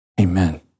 Amen